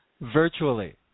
Virtually